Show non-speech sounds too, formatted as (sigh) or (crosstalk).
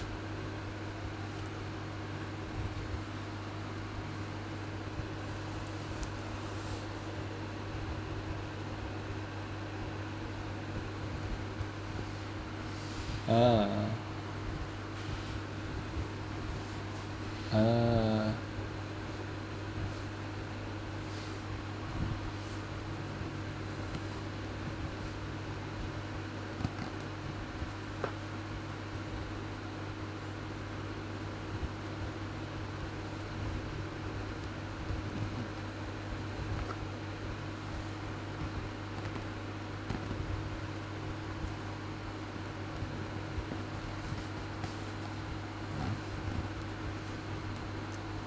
(laughs) (breath) uh uh